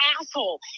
asshole